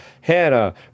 Hannah